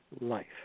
life